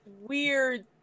weird